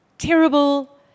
Terrible